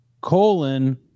colon